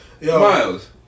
Miles